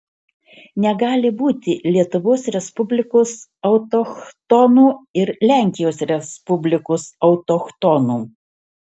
negali būti lietuvos respublikos autochtonų ir lenkijos respublikos autochtonų